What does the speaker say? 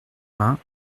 vingts